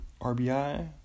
RBI